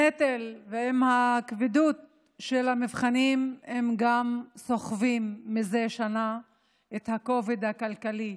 הנטל ועם הכבדות של המבחנים הם גם סוחבים מזה שנה את הכובד הכלכלי